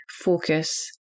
focus